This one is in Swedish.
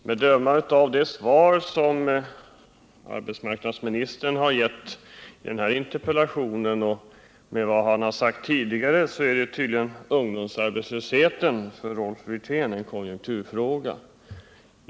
Herr talman! Att döma av arbetsmarknadsministerns interpellationssvar och av vad han har sagt tidigare är tydligen ungdomsarbetslösheten för honom en konjunkturfråga.